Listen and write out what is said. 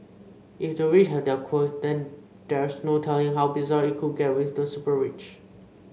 if the rich have their quirk then there's no telling how bizarre it could get with the super rich